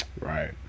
right